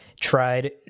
tried